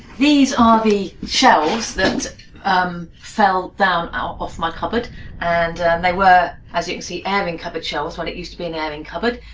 these are the shelves that fell down out of my cupboard and they were, as you can see, airing cupboard shelves, while it used to be an airing cupboard.